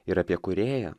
ir apie kūrėją